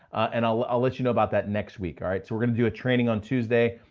and i'll let you know about that next week. all right, so we're gonna do a training on tuesday,